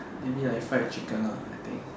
maybe like fried chicken ah I think